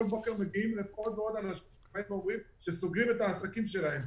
כל בוקר מגיעים עוד ועוד אנשים שאומרים שהם סוגרים את העסקים שלהם.